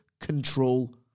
control